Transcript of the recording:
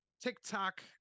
TikTok